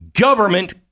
Government